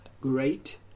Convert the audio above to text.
great